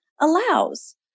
allows